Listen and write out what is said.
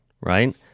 right